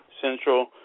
Central